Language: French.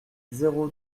zéro